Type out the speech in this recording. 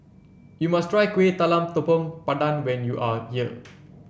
you must try Kueh Talam Tepong Pandan when you are here